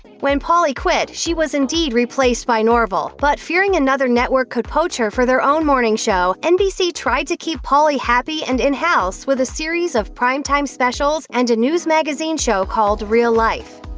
when pauley quit, she was indeed replaced by norville, but fearing another network could poach her for their own morning show, nbc tried to keep pauley happy and in-house with a series of prime-time specials and a news magazine show called real life.